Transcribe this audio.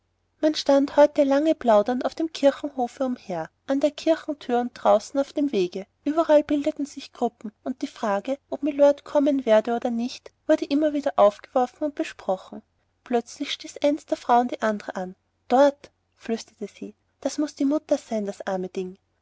man stand heute lange plaudernd auf dem kirchhofe umher an der kirchenthür und draußen auf dem wege überall bildeten sich gruppen und die frage ob mylord kommen werde oder nicht wurde immer wieder aufgeworfen und besprochen plötzlich stieß eine der frauen die andre an dort flüsterte sie das muß die mutter sein das arme junge ding